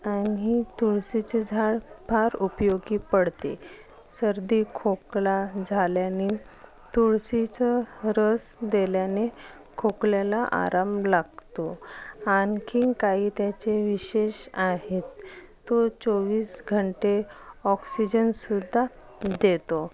आणि हे तुळशीचे झाड फार उपयोगी पडते सर्दी खोकला झाल्याने तुळशीचं रस देल्याने खोकल्याला आराम लागतो आणखी काही त्याचे विशेष आहेत तो चोवीस घंटे ऑक्सिजनसुद्धा देतो